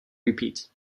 repeat